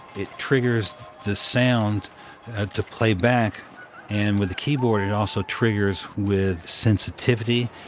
it triggers the sound to playback and with the keyboard it also triggers with sensitivity,